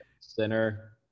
Center